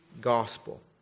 Gospel